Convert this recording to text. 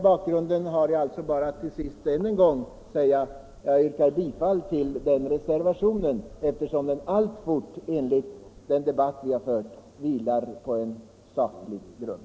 Jag yrkar än en gång bifall till reservationen 7, eftersom den alltfort efter den förda debatten vilar på en saklig grund.